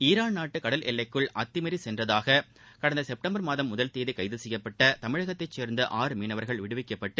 Iran நாட்டு கடல் எல்லைக்குள் அத்துமீறி சென்றதாக கடந்த செப்டம்பர் மாதம் முதல் தேதி கைது செய்யப்பட்ட தமிழ்நாட்டைச் சோ்ந்த ஆறு மீனவர்கள் விடுவிக்கப்பட்டு